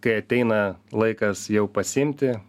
kai ateina laikas jau pasiimti